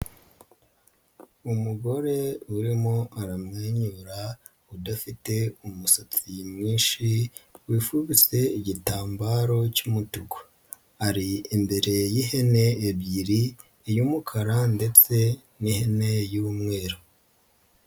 Umugore urimo aramwenyura, udafite umusatsi mwinshi, wifubise igitambaro cy'umutuku ari imbere y'ihene ebyiri, iy'umukara ndetse n'ihene y'umweru.